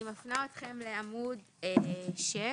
אני מפנה אתכם לעמוד 6,